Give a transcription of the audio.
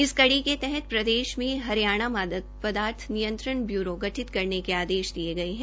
इसी कड़ी के तहत प्रदेश में हरियाणा मादक पदार्थ नियंत्रण ब्यूरो गठित करने के आदेश दिये गए हैं